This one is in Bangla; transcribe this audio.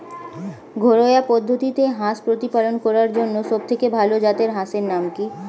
ঘরোয়া পদ্ধতিতে হাঁস প্রতিপালন করার জন্য সবথেকে ভাল জাতের হাঁসের নাম কি?